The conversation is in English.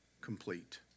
complete